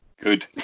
Good